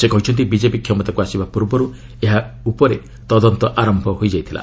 ସେ କହିଛନ୍ତି ବିଜେପି କ୍ଷମତାକୁ ଆସିବା ପୂର୍ବରୁ ଏହା ଉପରେ ତଦନ୍ତ ଆରମ୍ଭ ହୋଇଥିଲା